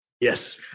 Yes